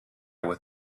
with